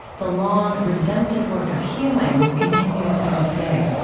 the long, redemptive work of healing continues to this day